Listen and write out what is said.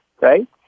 right